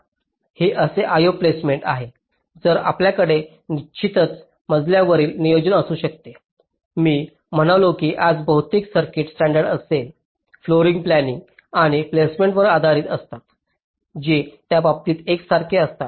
हे असे I O placement आहे मग आपल्याकडे निश्चितच मजल्यावरील नियोजन असू शकते मी म्हणालो की आज बहुतेक सर्किट्स स्टॅंडर्ड सेल फ्लोरप्लानिंग आणि प्लेसमेंटवर आधारित असतात जे त्या बाबतीत एकसारखे असतात